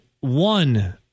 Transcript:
one